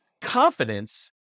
confidence